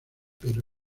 pero